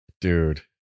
dude